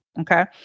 okay